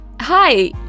Hi